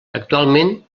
actualment